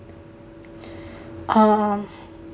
um